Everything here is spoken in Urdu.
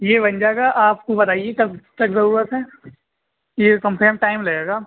یہ بن جائے گا آپ کو بتائیے کب تک ضرور سے یہ کمپم ٹائم لگے گا